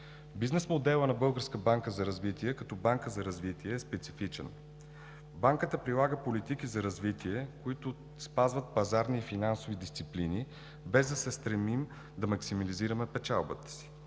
банка за развитие е специфичен. Банката прилага политики за развитие, които спазват пазарни и финансови дисциплини, без да се стремим да максимализираме печалбата си.